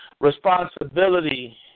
responsibility